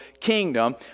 kingdom